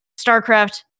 StarCraft